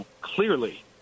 clearly